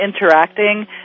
interacting